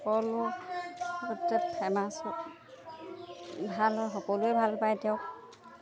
সকলো গোটেই ফেমাছ ভাল হয় সকলোৱে ভাল পায় তেওঁক